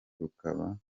rukaba